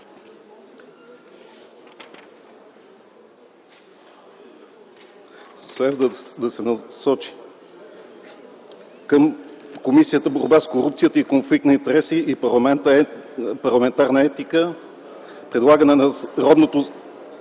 следва да се насочи. Комисията за борба с корупцията и конфликт на интереси и парламентарна етика предлага на Народното